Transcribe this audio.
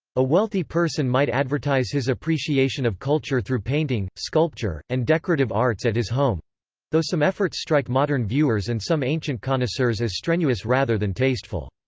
a wealthy person might advertise his appreciation of culture through painting, sculpture, and decorative arts at his home though some efforts strike modern viewers and some ancient connoisseurs as strenuous rather than tasteful.